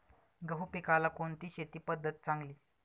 गहू पिकाला कोणती शेती पद्धत चांगली?